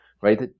right